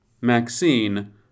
Maxine